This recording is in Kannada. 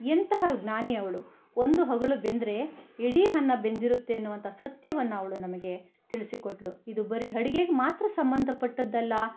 ಎಂತಹ ಜ್ಞಾನಿ ಅವಳು ಒಂದು ಅಗಳು ಬೆಂದರೆ ಇಡೀ ಅನ್ನ ಬೆಂದಿರುತ್ತೆ ಅನ್ನೋವಂಥ ಸತ್ಯವನ್ನು ಅವಳು ನಮಗೆ ತಿಳಿಸಿಕೊಟ್ಟಳು ಇದು ಬರೀ ಅಡುಗೆಗೆ ಮಾತ್ರ ಸಂಬಂಧ ಪಟ್ಟಿದ್ದಲ್ಲ